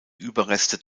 überreste